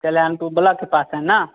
Kalyanpur block के पास है न